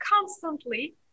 constantly